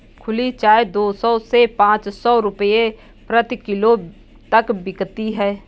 खुली चाय दो सौ से पांच सौ रूपये प्रति किलो तक बिकती है